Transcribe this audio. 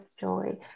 joy